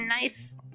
Nice